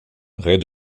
rez